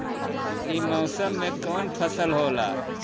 ई मौसम में कवन फसल होला?